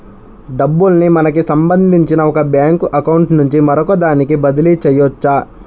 డబ్బుల్ని మనకి సంబంధించిన ఒక బ్యేంకు అకౌంట్ నుంచి మరొకదానికి బదిలీ చెయ్యొచ్చు